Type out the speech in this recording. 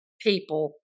people